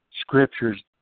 scriptures